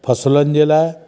फसलनि जे लाइ